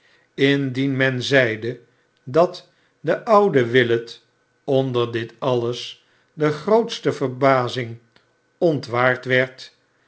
indien men zeide dat de oude willet onder dit alles de grootste verbazing ontwaar werd